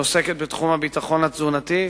שעוסקת בתחום הביטחון התזונתי,